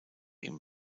ihm